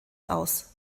aus